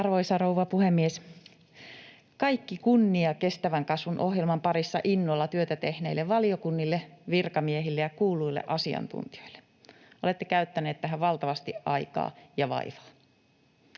Arvoisa rouva puhemies! Kaikki kunnia kestävän kasvun ohjelman parissa innolla työtä tehneille valiokunnille, virkamiehille ja kuulluille asiantuntijoille. Olette käyttäneet tähän valtavasti aikaa ja vaivaa.